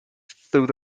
through